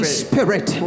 spirit